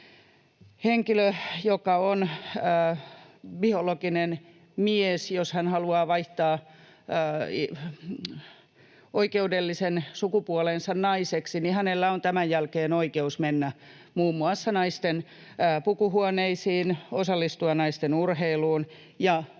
henkilö, joka on biologinen mies, haluaa vaihtaa oikeudellisen sukupuolensa naiseksi, niin hänellä on tämän jälkeen oikeus mennä muun muassa naisten pukuhuoneisiin, osallistua naisten urheiluun ja